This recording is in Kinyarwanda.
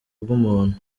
bw’umuntu